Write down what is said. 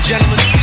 gentlemen